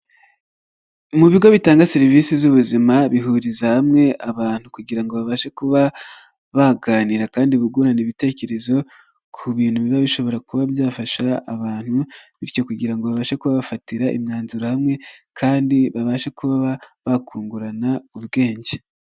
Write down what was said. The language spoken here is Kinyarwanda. Mu bigo bitanga serivisi z'ubuzima, bihuriza hamwe abantu kugira babashe kuba baganira kandi bungurane ibitekerezo ku bintu biba bishobora kuba byafasha abantu, bityo kugira ngo babashe kubafatira imyanzuro hamwe kandi babashe kuba bakungurana ubwenge.